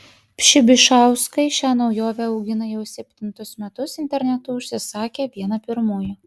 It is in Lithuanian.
pšibišauskai šią naujovę augina jau septintus metus internetu užsisakė vieną pirmųjų